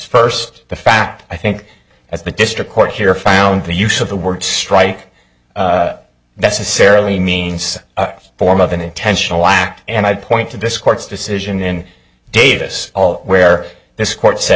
first the fact i think as the district court here found the use of the word strike necessarily means a form of an intentional act and i point to this court's decision in davis all where this court said